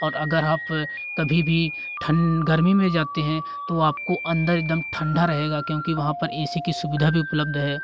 और अगर आप कभी भी ठन गर्मी में जाते हैं तो आपको अंदर एकदम ठंडा रहेगा क्योंकि वहाँ पर ए सी की सुविधा भी उपलब्ध है